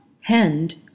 hand